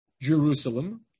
Jerusalem